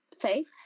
Faith